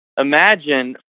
imagine